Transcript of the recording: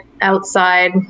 outside